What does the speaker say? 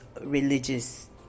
religious